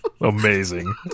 amazing